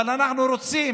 אבל אנחנו רוצים